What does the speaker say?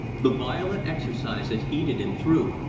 the violent exercise had heated him through,